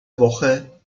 woche